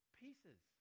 pieces